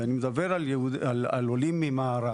אני מדבר עולים מהמערב.